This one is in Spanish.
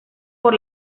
por